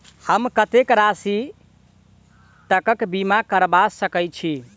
हम कत्तेक राशि तकक बीमा करबा सकै छी?